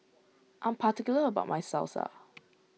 I am particular about my Salsa